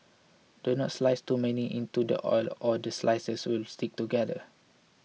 do not slice too many into the oil or the slices will stick together